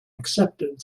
accepted